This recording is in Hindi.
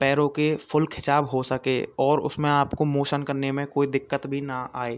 पैरों के फ़ुल खिंचाव हो सके और उसमें आपको मोशन करने में कोई दिक़्क़त भी ना आए